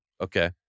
Okay